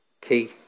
key